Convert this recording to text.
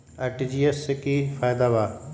RTGS से की की फायदा बा?